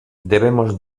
debemos